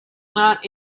not